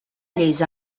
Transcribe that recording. lleis